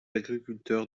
agriculteur